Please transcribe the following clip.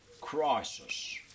crisis